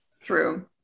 True